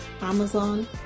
Amazon